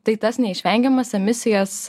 tai tas neišvengiamas emisijas